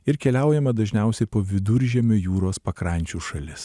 ir keliaujame dažniausiai po viduržemio jūros pakrančių šalis